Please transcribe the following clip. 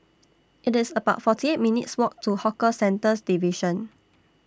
It's about forty eight minutes' Walk to Hawker Centres Division